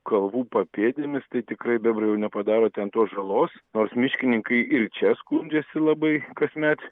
kalvų papėdėmis tai tikrai bebrai jau nepadaro ten tos žalos nors miškininkai ir čia skundžiasi labai kasmet